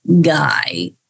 guy